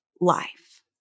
life